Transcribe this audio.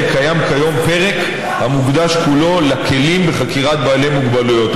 קיים כיום פרק המוקדש כולו לכלים בחקירת בעלי מוגבלויות.